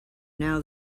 now